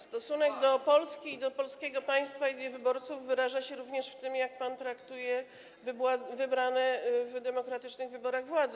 Stosunek do Polski i do polskiego państwa i jej wyborców wyraża się również w tym, jak pan traktuje wybrane w demokratycznych wyborach władze.